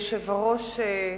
כבוד היושב-ראש,